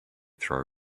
throw